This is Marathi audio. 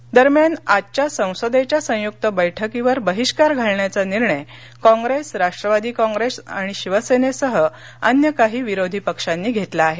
बहिष्कार दरम्यान आजच्या संसदेच्या संयुक्त बैठकीवर बहिष्कार घालण्याचा निर्णय काँग्रेस राष्ट्रवादी काँग्रेस आणि शिवसेनेसह अन्य काही विरोधी पक्षांनी घेतला आहे